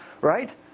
right